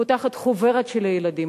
פותחת חוברת של הילדים,